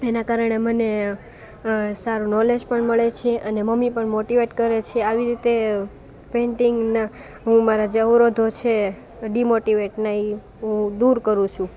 એના કારણે મને સારું નોલેજ પણ મળે છે અને મમ્મી પણ મોટીવેટ કરે છે આવી રીતે પેન્ટિંગના હું મારા જે અવરોધો છે ડીમોટીવેટના એ હું દૂર કરું છું